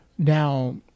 Now